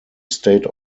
state